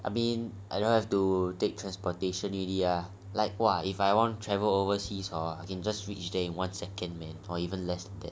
I mean I don't have to take transportation already lah like !wah! if I want to travel overseas I can just reach there in one second man or even less